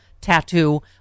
tattoo